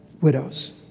widows